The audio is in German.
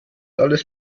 alles